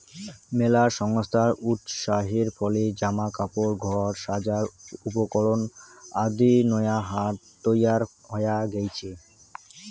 মেলা সংস্থার উৎসাহের ফলে জামা কাপড়, ঘর সাজার উপকরণ আদির নয়া হাট তৈয়ার হয়া গেইচে